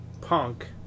Punk